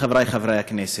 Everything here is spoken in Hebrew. חברי חברי הכנסת,